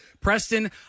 Preston